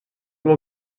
uhr